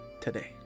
today